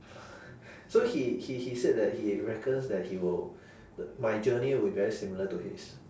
so he he he said that he reckons that he will my journey will be very similar to his